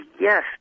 yes